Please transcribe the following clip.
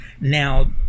now